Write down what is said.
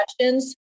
questions